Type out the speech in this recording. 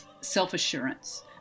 self-assurance